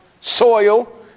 soil